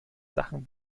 sachen